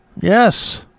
Yes